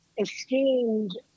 esteemed